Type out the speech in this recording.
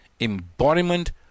embodiment